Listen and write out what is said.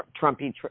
Trumpy